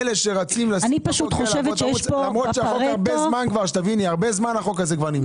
והרבה זמן החוק הזה נמצא.